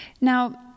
now